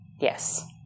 Yes